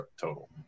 total